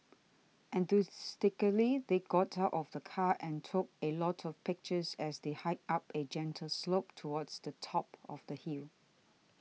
enthusiastically they got out of the car and took a lot of pictures as they hiked up a gentle slope towards the top of the hill